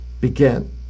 begin